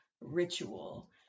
ritual